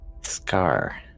scar